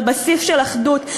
על בסיס של אחדות,